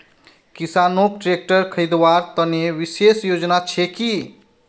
किसानोक ट्रेक्टर खरीदवार तने विशेष योजना छे कि?